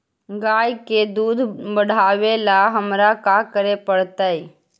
गाय के दुध बढ़ावेला हमरा का करे पड़तई?